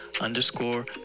underscore